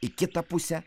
į kitą pusę